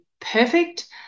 perfect